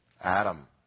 Adam